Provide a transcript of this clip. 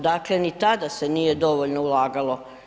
Dakle, ni tada se nije dovoljno ulagalo.